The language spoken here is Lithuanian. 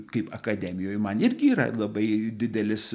kaip akademijoj man irgi yra labai didelis